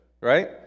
right